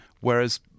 whereas